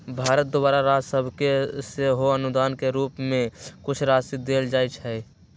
भारत द्वारा राज सभके सेहो अनुदान के रूप में कुछ राशि देल जाइ छइ